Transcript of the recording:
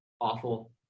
awful